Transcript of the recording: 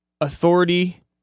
authority